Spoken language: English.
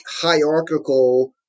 hierarchical